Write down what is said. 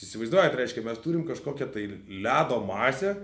įsivaizduojat reiškia mes turim kažkokią tai ledo masę